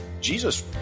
Jesus